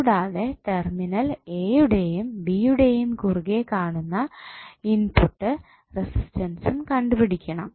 കൂടാതെ terminal A യുടെയും B യുടെയും കുറുകെ കാണുന്ന ഇൻപുട്ട് റെസിസ്റ്റൻസ്സും കണ്ടുപിടിക്കണം